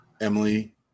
Emily